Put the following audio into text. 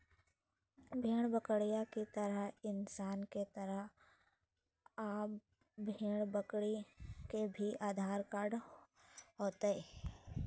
भेड़ बिक्रीयार्ड के तहत इंसान के तरह अब भेड़ बकरी के भी आधार कार्ड होतय